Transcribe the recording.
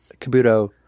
Kabuto